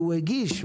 והוא הגיש,